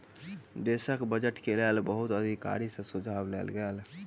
देशक बजट के लेल बहुत अधिकारी सॅ सुझाव लेल गेल